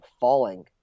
falling